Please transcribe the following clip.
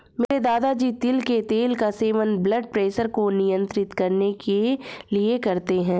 मेरे दादाजी तिल के तेल का सेवन ब्लड प्रेशर को नियंत्रित करने के लिए करते हैं